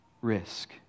risk